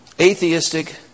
Atheistic